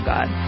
God